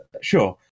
Sure